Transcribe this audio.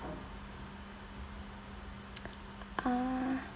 uh